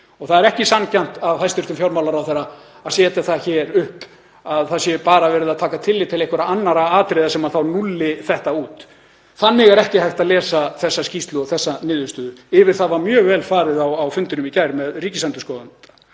Það er ekki sanngjarnt af hæstv. fjármálaráðherra að setja það hér upp að það sé bara verið að taka tillit til einhverra annarra atriða sem þá núlli þetta út. Þannig er ekki hægt að lesa þessa skýrslu og þessa niðurstöðu, yfir það var mjög vel farið á fundinum í gær með Ríkisendurskoðun.